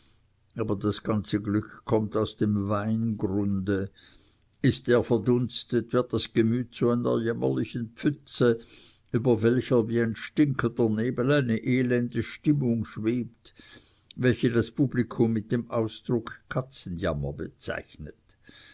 aber das ganze glück kommt aus dem weingrunde ist der verdunstet wird das gemüt zu einer jämmerlichen pfütze über welcher wie ein stinkender nebel eine elende stimmung schwebt welche das publikum mit dem ausdruck katzenjammer bezeichnet